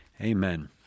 amen